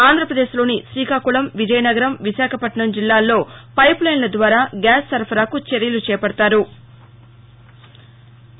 ఆంధ్రప్రదేశ్లోని తీకాకుళం విజయనగరం విశాఖపట్నం జిల్లాలో పైపులైన్ల ద్వారా గ్యాస్ సరఫరాకు చర్యలు చేపడతారు